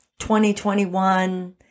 2021